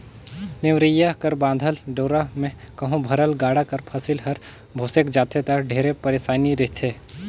नेवरिया कर बाधल डोरा मे कहो भरल गाड़ा कर फसिल हर भोसेक जाथे ता ढेरे पइरसानी रिथे